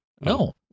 No